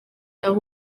aho